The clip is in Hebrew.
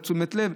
תשומת לב.